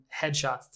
headshots